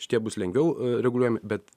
šitie bus lengviau reguliuojami bet